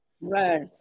Right